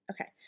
Okay